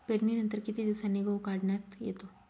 पेरणीनंतर किती दिवसांनी गहू काढण्यात येतो?